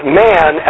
man